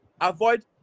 avoid